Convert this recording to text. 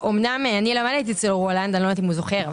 אמנם אני למדתי אצל רולנד אני לא יודעת אם הוא זוכר,